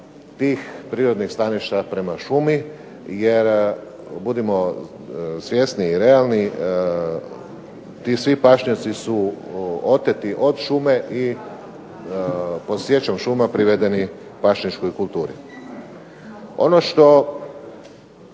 tih prirodnih staništa prema šumi. Jer budimo svjesni i realni ti svi pašnjaci su oteti od šume i pod sječom šuma privedeni pašnjačkoj kulturi. Ono što